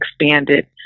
expanded